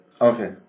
Okay